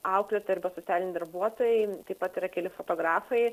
auklėtojai arba socialiniai darbuotojai taip pat yra keli fotografai